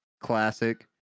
Classic